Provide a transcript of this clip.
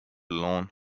lawn